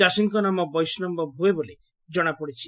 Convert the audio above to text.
ଚାଷୀଙ୍କ ନାମ ବୈଷବ ଭ଼୍ଏ ବୋଲି ଜଣାପଡ଼ିଛି